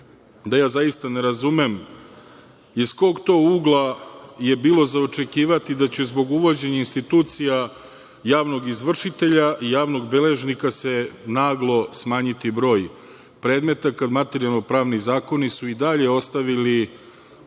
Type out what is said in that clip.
da ja zaista ne razume iz kog to ugla je bilo za očekivati da će se zbog uvođenja institucija javnog izvršitelja i javnog beležnika naglo smanjiti broj predmeta, kad su materijalno-pravni zakoni i dalje ostavili